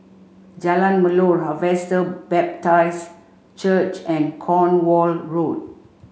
Jalan Melor Harvester Baptist Church and Cornwall Road